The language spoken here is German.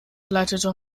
leitete